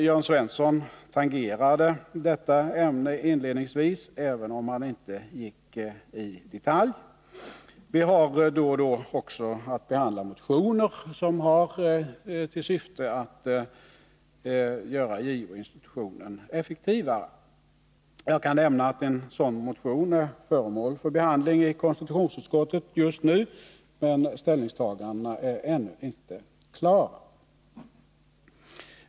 Jörn Svensson tangerade detta ämne inledningsvis, även om han inte gick in i detalj. Vi har då och då också att behandla motioner som har till syfte att göra JO-institutionen effektivare. Jag kan nämna att en sådan motion är föremål för behandling i konstitutionsutskottet just nu, men ställningstagandena är ännu inte klara.